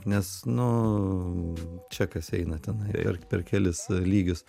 nes nu čia kas eina tenai per kelis lygius